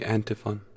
Antiphon